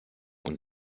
und